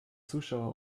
zuschauer